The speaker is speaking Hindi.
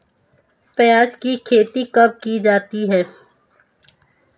प्याज़ की खेती कब की जाती है?